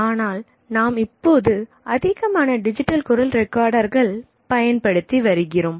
ஆனால் நாம் இப்பொழுது அதிகமான டிஜிட்டல் குரல் ரெக்கார்டர் கள் பயன்படுத்தி வருகின்றோம்